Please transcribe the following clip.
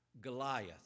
Goliath